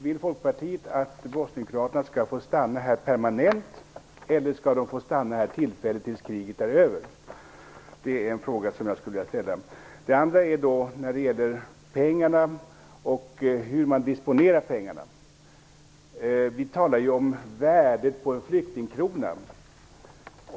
Vill Folkpartiet att bosnienkroaterna skall få stanna här permanent, eller skall de få stanna här tillfälligt tills kriget är över? Det andra jag vill ta upp gäller hur vi disponerar pengarna. Vi talar om värdet på en flyktingkrona.